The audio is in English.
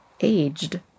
aged